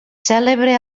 cèlebre